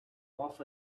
off